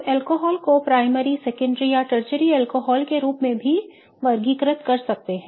हम अल्कोहल को primary secondary या टर्शरी अल्कोहल के रूप में भी वर्गीकृत करते हैं